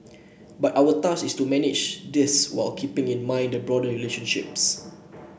but our task is to manage this whilst keeping in mind the broader relationships